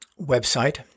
website